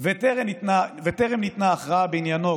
וטרם ניתנה ההכרעה בעניינו,